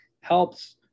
helps